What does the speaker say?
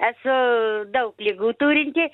esu daug ligų turinti